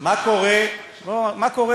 מה קורה לעצמאי